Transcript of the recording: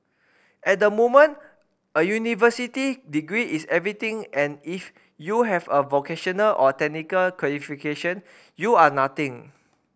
at the moment a university degree is everything and if you have a vocational or technical qualification you are nothing